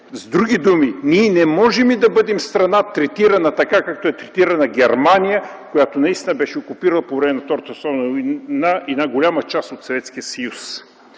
С други думи, ние не можем да бъдем страна, третирана така, както е третирана Германия, която наистина беше окупирала по време на Втората световна война една голяма част от